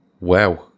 Wow